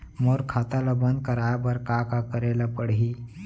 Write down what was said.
मोर खाता ल बन्द कराये बर का का करे ल पड़ही?